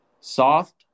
soft